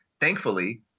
thankfully